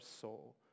soul